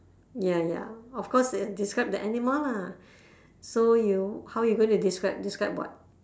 ya ya of course describe the animal lah so you how you going to describe describe what